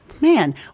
man